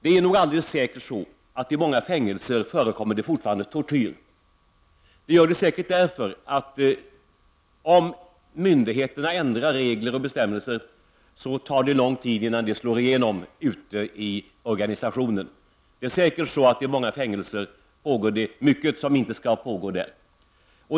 Det är nog alldeles säkert att det i många fängelser i Turkiet fortfarande förekommer tortyr. Om myndigheterna ändrar regler och bestämmelser tar det lång tid innan det slår igenom ute i organisationen. I många fängelser pågår det säkert mycket som inte skall pågå där.